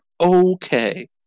okay